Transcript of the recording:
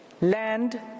land